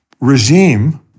regime